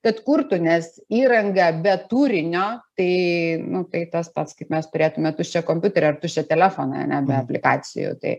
tad kurtų nes įranga be turinio tai nu tai tas pats kaip mes turėtume tuščią kompiuterį ar tuščią telefoną ane be aplikacijų tai